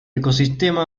ecosistema